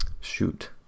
shoot